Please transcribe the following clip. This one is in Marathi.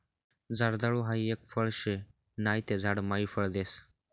जर्दाळु हाई एक फळ शे नहि ते झाड मायी फळ देस